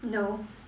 no